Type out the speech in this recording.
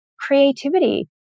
creativity